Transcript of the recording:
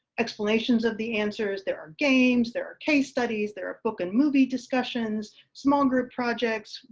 explanations of the answers, there are games, there are case studies, there are book and movie discussions, small group projects,